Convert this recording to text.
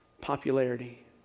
popularity